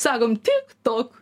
sakom tik tok